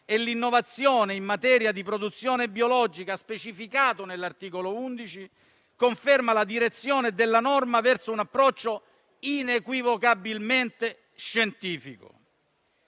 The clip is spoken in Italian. e l'innovazione in materia di produzione biologica, specificato nell'articolo 11, conferma la direzione della norma verso un approccio inequivocabilmente scientifico.